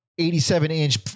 87-inch